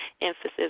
emphasis